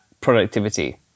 productivity